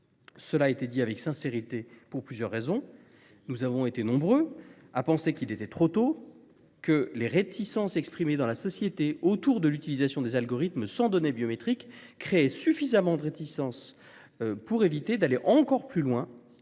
Cela était dit avec sincérité pour plusieurs raisons : nous étions nombreux à penser qu'il était trop tôt, que les critiques exprimées dans la société à l'égard de l'utilisation des algorithmes sans données biométriques créaient suffisamment de réticences et qu'il convenait d'éviter d'aller encore plus loin